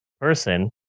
person